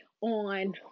on